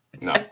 no